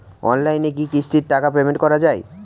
অনলাইনে কি কিস্তির টাকা পেমেন্ট করা যায়?